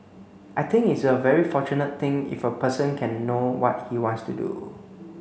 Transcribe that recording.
I think it's a very fortunate thing if a person can know what he wants to do